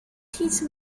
teach